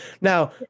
Now